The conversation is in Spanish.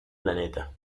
planeta